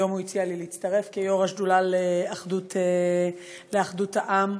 היום הוא הציע לי להצטרף כיו"ר השדולה לאחדות העם.